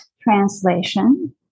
translation